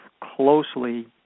closely